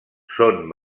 són